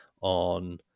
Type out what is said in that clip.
on